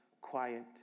quiet